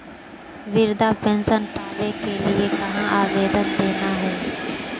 वृद्धा पेंसन पावे के लिए कहा आवेदन देना है?